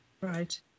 Right